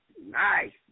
nice